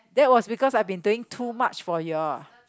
that was because I've been doing too much for you all